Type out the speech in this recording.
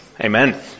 Amen